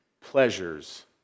pleasures